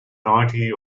ninety